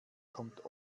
kommt